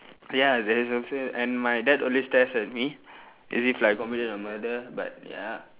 ya there's also and my dad always stares at me as if like I committed a murder but ya